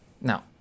Now